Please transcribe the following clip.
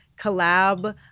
collab